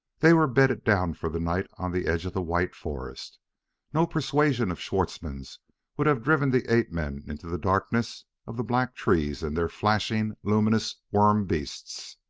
they were bedded down for the night on the edge of the white forest no persuasion of schwartzmann's would have driven the ape-men into the darkness of the black trees and their flashing, luminous worm-beasts.